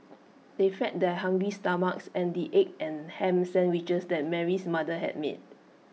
they fed their hungry stomachs and the egg and Ham Sandwiches that Mary's mother had made